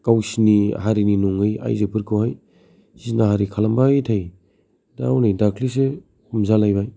गावसिनि हारिनि नङै आइजोफोरखौ हाय जिनाहारि खालामबाय थायो दा हनै दाखिलिसो हमजा लायबाय